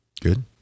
Good